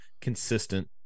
consistent